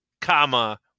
comma